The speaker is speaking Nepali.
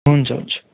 हुन्छ हुन्छ